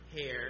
hair